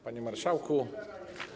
Panie Marszałku!